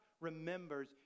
remembers